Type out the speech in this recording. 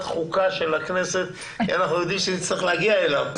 החוקה של הכנסת כי אנחנו יודעים שנצטרך להגיע אליו.